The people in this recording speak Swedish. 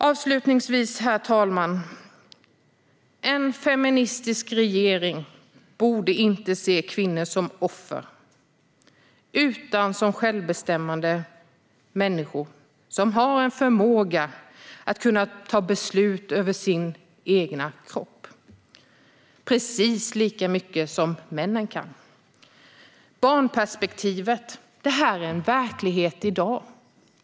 Avslutningsvis, herr talman: En feministisk regering borde inte se kvinnor som offer, utan som självbestämmande människor som har en förmåga att fatta beslut som gäller den egna kroppen precis lika mycket som männen kan. När det gäller barnperspektivet är detta en verklighet redan i dag.